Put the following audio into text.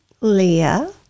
Leah